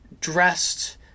dressed